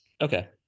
okay